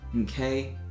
okay